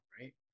right